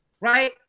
right